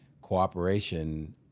cooperation